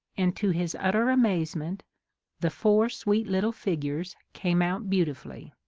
and to his utter amazement the four sweet little figures came out beauti fully!